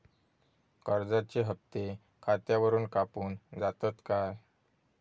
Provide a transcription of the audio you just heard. कर्जाचे हप्ते खातावरून कापून जातत काय?